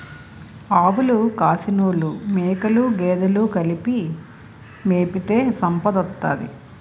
ఆవులు కాసినోలు మేకలు గేదెలు కలిపి మేపితే సంపదోత్తది